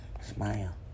Smile